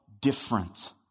different